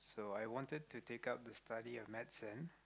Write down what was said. so I wanted to take up the study of medicine